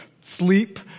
Sleep